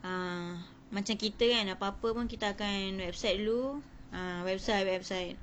ah macam kita kan apa-apa pun kita akan website dulu ah website website